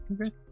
Okay